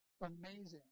amazing